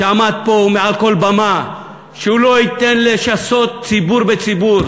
שאמר פה מעל כל במה שהוא לא ייתן לשסות ציבור בציבור,